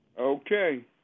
Okay